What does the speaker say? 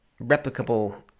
replicable